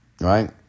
Right